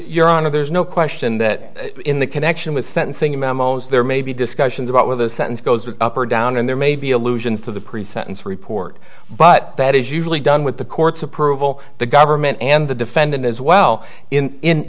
your honor there's no question that in the connection with sentencing memos there may be discussions about where the sentence goes up or down and there may be allusions to the pre sentence report but that is usually done with the court's approval the government and the defendant as well in